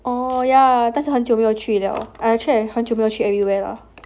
orh yeah 很久没有去 liao I actually 很久没去 everywhere lah